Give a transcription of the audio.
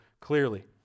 clearly